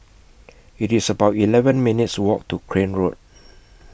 It's about eleven minutes' Walk to Crane Road